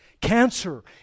cancer